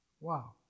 Wow